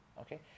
okay